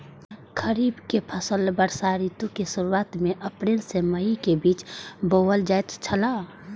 खरीफ के फसल वर्षा ऋतु के शुरुआत में अप्रैल से मई के बीच बौअल जायत छला